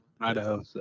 idaho